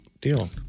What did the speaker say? deal